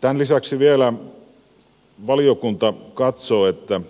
tämän lisäksi valiokunta vielä katsoo että